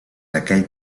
aquell